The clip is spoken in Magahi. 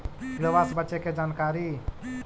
किड़बा से बचे के जानकारी?